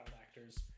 actors